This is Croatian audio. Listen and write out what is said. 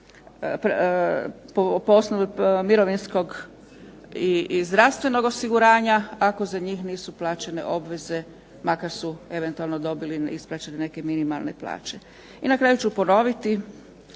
po osnovi mirovinskog i zdravstvenog osiguranja ako za njih nisu plaćene obveze makar su eventualno dobili isplaćene neke minimalne plaće. I na kraju ću ponoviti.